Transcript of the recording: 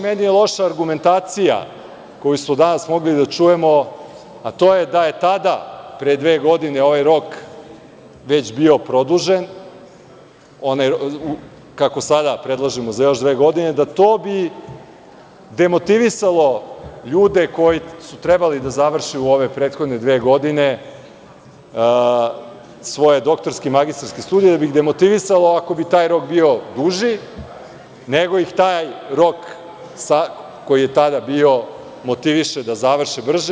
Meni je loša argumentacija koju smo danas mogli da čujemo, a to je da je tada pre dve godine ovaj rok već bio produžen, onaj kako sada predlažemo za dve godine, da bi to demotivisalo ljude koji su trebali da završe u ove prethodne dve godine svoje doktorske i magistarske studije, da bi ih demotivisalo ako bi taj rok bio duži, nego ih taj rok koji je tada bio motivisao da završe brže.